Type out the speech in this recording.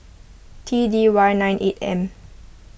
T D Y nine eight M